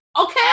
Okay